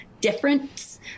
difference